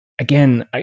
again